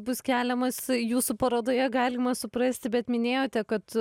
bus keliamas jūsų parodoje galima suprasti bet minėjote kad